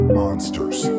monsters